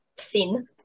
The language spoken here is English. thin